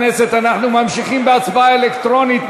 אנחנו ממשיכים בהצבעה אלקטרונית,